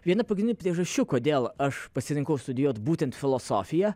viena pagrindinių priežasčių kodėl aš pasirinkau studijuot būtent filosofiją